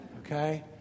Okay